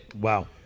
Wow